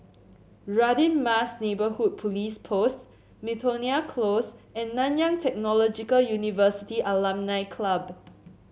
Radin Mas Neighbourhood Police Post Miltonia Close and Nanyang Technological University Alumni Club